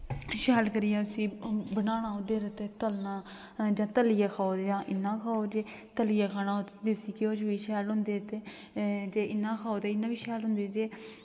ते शैल करियै उसी बनाना ते तलना जां तल्लियै खाओ ते जां इंया खाओ ते तल्लियै खाना होऐ ते देसी घ्यो दा शैल होंदा ते जे इंया खाओ ते इंया बी शैल होंदे ते